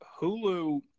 Hulu